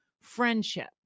friendship